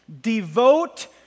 devote